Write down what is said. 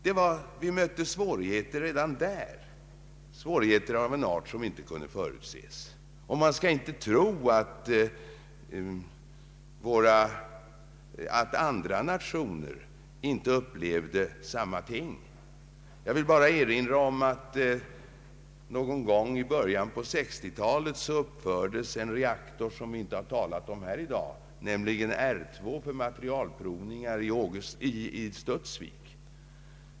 Vi mötte svårigheter redan där, svårigheter av en art som inte kunde förutses. Och man skall inte tro att andra nationer inte upplevde samma ting. Jag vill bara erinra om att någon gång i början på 1960-talet uppfördes en reaktor, som vi inte har talat om här i dag, nämligen R2 för materialprovningar i Studsvik.